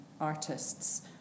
artists